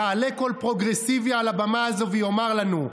יעלה כל פרוגרסיסט על הבמה הזו ויאמר לנו,